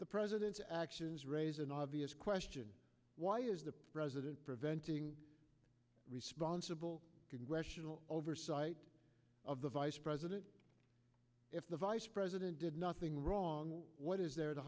the president's actions raise an obvious question why is the president preventing responsible congressional oversight of the vice president if the vice president did nothing wrong what is there to